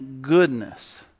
goodness